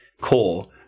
core